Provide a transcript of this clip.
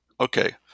okay